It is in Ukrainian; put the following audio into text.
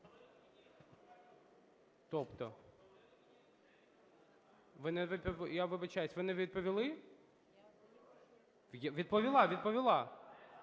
Тобто? Я вибачаюсь, ви не відповіли? Відповіла, відповіла.